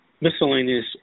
Miscellaneous